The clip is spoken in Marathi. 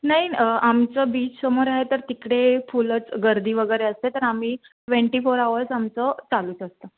नाही ना आमचं बीचसमोर आहे तर तिकडे फुलच गर्दी वगैरे असते तर आम्ही ट्वेंटी फोर आवर्स आमचं चालूच असतं